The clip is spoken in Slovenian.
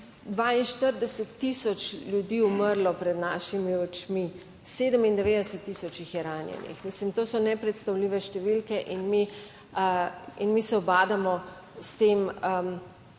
42 tisoč ljudi umrlo pred našimi očmi, 97 tisoč je ranjenih. Mislim, to so nepredstavljive številke. In mi se ubadamo s tem,